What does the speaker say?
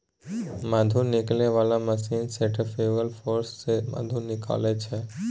मधु निकालै बला machine centrifugal force सँ मधु निकालै छै